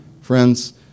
Friends